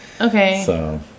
Okay